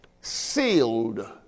Sealed